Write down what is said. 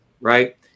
right